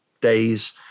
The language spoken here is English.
days